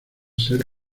ser